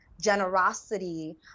generosity